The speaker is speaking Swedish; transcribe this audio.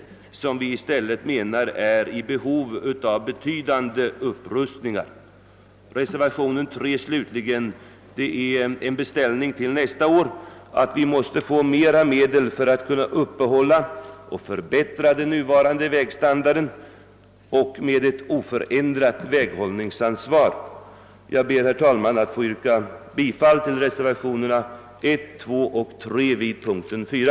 Vi menar i stället att detta är i behov av betydande upprustningar. Reservationen 3 slutligen innebär en beställning till nästa år: vi måste få större medel för att kunna uppehålla och förbättra den nuvarande vägstandarden med ett oförändrat väghållningsansvar. Jag ber, herr talman, att få yrka bifall till reservationerna 1, 2 och 3 vid punkten 4.